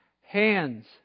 Hands